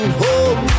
home